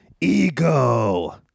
ego